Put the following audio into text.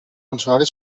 funcionaris